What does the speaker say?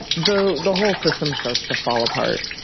ah the the whole system starts to fall apart.